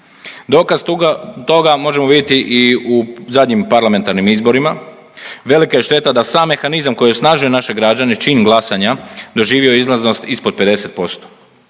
Dokaz toga možemo vidjeti i u zadnjim parlamentarnim izborima, velika je šteta da sam mehanizam koji je osnažio naše građane, čin glasanja, doživio izlaznost ispod 50%.